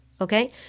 okay